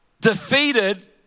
defeated